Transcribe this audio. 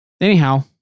anyhow